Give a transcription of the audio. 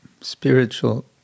spiritual